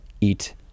eat